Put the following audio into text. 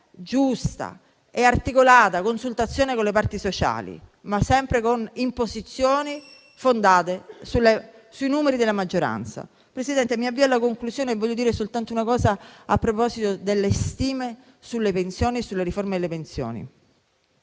giusta e articolata consultazione con le parti sociali, ma solo e sempre con imposizioni fondate sui numeri della maggioranza. Signora Presidente, mi avvio alla conclusione, ma vorrei dire soltanto una cosa a proposito delle stime sulle pensioni e sulla riforma delle pensioni.